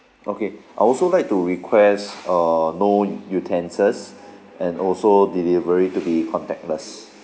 okay I'll also like to request err no u~ utensils and also delivery to be contactless